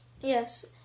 yes